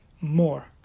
more